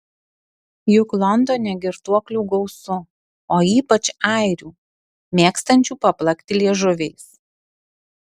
juk londone girtuoklių gausu o ypač airių mėgstančių paplakti liežuviais